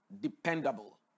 dependable